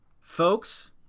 Folks